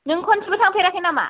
नों खनसेबो थांफेराखै नामा